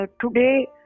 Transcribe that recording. today